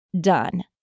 done